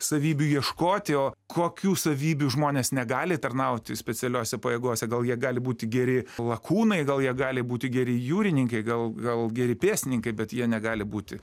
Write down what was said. savybių ieškoti o kokių savybių žmonės negali tarnauti specialiose pajėgose gal jie gali būti geri lakūnai gal jie gali būti geri jūrininkai gal gal geri pėstininkai bet jie negali būti